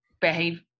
behave